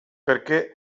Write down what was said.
perché